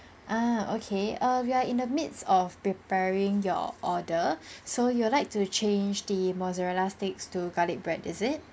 ah okay err we're in the midst of preparing your order so you would like to change the mozzarella sticks to garlic bread is it